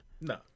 No